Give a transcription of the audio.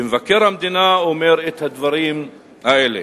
ומבקר המדינה אומר את הדברים האלה: